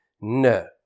No